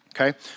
Okay